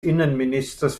innenministers